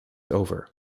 over